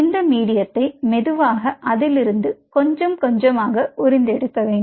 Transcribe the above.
இந்த மீடியத்தை மெதுவாக அதிலிருந்து கொஞ்ச கொஞ்சமாக உறிந்து எடுக்க வேண்டும்